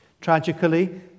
Tragically